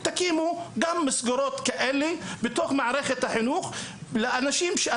תקימו גם מסגרות כאלה בתוך מערכת החינוך שמתאימות למגזר המסורתי הבדואי.